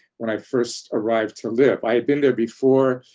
when i first arrived to live. i had been there before,